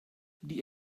die